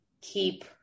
keep